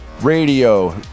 radio